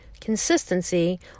consistency